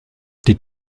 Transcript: die